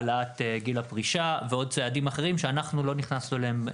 העלאת גיל הפרישה ועוד צעדים אחרים שאנחנו לא נכנסנו אליהם,